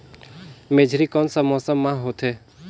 मेझरी कोन सा मौसम मां होथे?